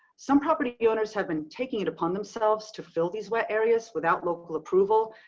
some property owners have been taking it upon themselves to fill these wet areas without local approval,